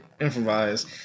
improvise